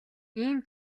ийм